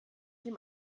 dem